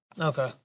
Okay